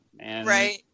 Right